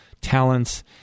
talents